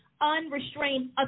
unrestrained